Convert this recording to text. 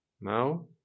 now